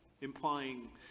implying